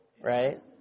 right